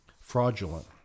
fraudulent